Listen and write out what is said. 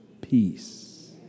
peace